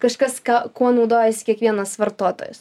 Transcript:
kažkas ką kuo naudojasi kiekvienas vartotojas